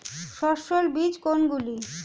সস্যল বীজ কোনগুলো?